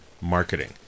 marketing